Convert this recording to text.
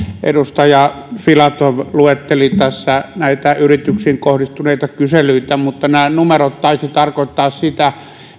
edustaja filatov luetteli tässä näitä yrityksiin kohdistuneita kyselyitä mutta nämä numerot taisivat tarkoittaa sitä